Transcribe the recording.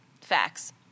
Facts